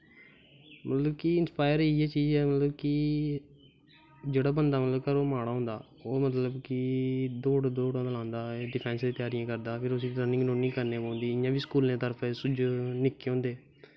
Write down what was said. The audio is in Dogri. मतलब की इंस्पाईर इ'यै चीज़ ऐ मतलब कि जेह्ड़ा बंदा मतलब घरों माड़ा होंदा ओह् मतलब कि दौड़ां दुड़ां लांदा फिर डिफैंस दी त्यारी करदा फिर उस्सी रनिंग रुनिंग करनी पौंदी इ'यां बी स्कूलें दी तरफों उस्सी निक्के होंदे